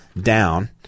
down